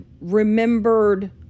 remembered